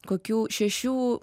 kokių šešių